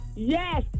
Yes